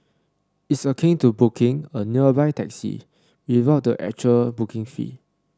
it's akin to 'booking' a nearby taxi without the actual booking fee